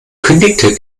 kündigte